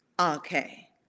Okay